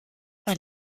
par